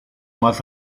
más